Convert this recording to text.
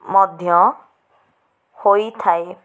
ମଧ୍ୟ ହୋଇଥାଏ